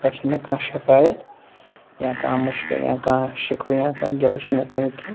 تتھ پٮ۪ٹھ چھَنہٕ مےٚ کانٛہہ شکایت یا کانٛہہ مُشکِل یا کانٛہہ شِکوٕ یا کانٛہہ گِلہٕ چھُنہٕ مےٚ تمیُک کیٚنٛہہ